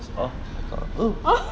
ah